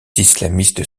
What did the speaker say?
islamistes